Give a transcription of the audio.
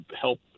help